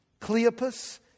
Cleopas